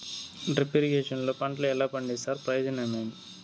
Drip irrigation లో పంటలు ఎలా పండిస్తారు ప్రయోజనం ఏమేమి?